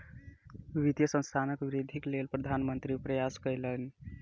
वित्तीय संस्थानक वृद्धिक लेल प्रधान मंत्री प्रयास कयलैन